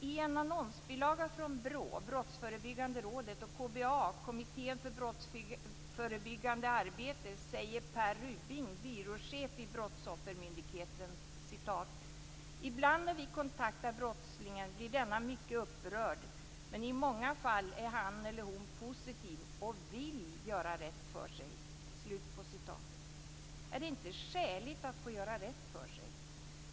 I en annonsbilaga från BRÅ, Brottsförebyggande rådet, och KBA, Kommittén för brottsförebyggande arbete säger Per Rubing, byråchef vid Brottsoffermyndigheten: "Ibland när vi kontaktar brottslingen blir denna mycket upprörd, men i många fall är han eller hon positiv och vill göra rätt för sig." Är det inte skäligt att få göra rätt för sig?